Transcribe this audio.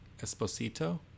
esposito